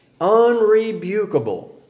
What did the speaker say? unrebukable